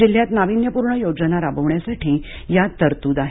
जिल्ह्यात नाविन्यपूर्ण योजना राबवण्यासाठी यात तरतूद आहे